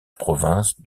province